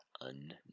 unknown